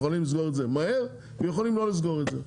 אנחנו יכולים לסגור את זה מהר ואנחנו יכולים לא לסגור את זה,